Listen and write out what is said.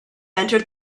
entered